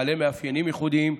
בעלי מאפיינים ייחודיים,